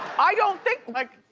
i don't think, like.